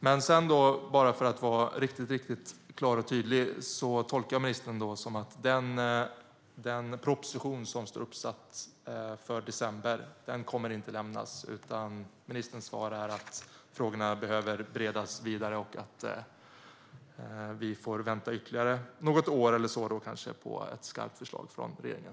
För att jag ska vara riktigt klar och tydlig tolkar jag ministern som att den proposition som skulle ha lagts fram i december inte kommer att läggas fram utan att ministerns svar är att frågorna behöver beredas vidare och att vi får vänta kanske ytterligare något år på ett skarpt förslag från regeringen.